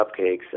cupcakes